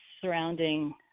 surrounding